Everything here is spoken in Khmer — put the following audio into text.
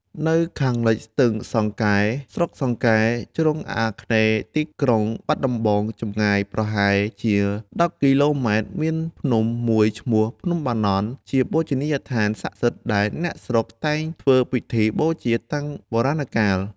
នៅខាងលិចស្ទឹងសង្កែ ស្រុកសង្កែ ជ្រុងអាគ្នេយ៍ទីក្រុងបាត់ដំបង ចម្ងាយប្រហែលជា ១០ គីឡូម៉ែត្រ មានភ្នំ មួយឈ្មោះ ភ្នំបាណន់ ជាបូជនីយដ្ឋានសក្តិសិទ្ធិ ដែលអ្នកស្រុកតែងធ្វើពិធីបូជាតាំងបុរាណកាល ។